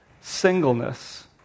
singleness